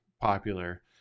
popular